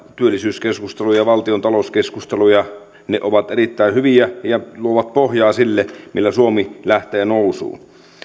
työllisyyskeskusteluja ja valtiontalouskeskusteluja on erittäin hyvä ja tämä luo pohjaa sille millä suomi lähtee nousuun